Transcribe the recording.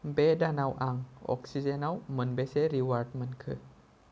बे दानाव आं अक्सिजेनाव मोनबेसे रिवार्ड मोनखो